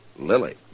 Lily